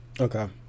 Okay